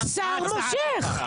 שר מושך.